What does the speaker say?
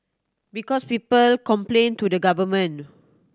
because people complain to the government